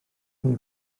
chi